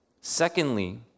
Secondly